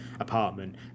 apartment